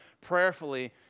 prayerfully